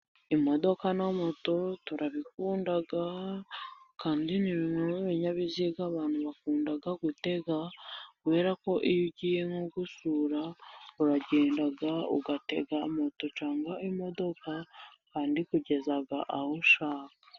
Imodoka na moto turabikunda kandi ni bimwe mubinyabiziga abantu bakunda gutega, kubera ko iyo ugiye gusura, uragendaga ugatega moto cyangwa imodoka, kandi ikugeza aho ushaka.